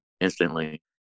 instantly